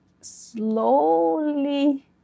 slowly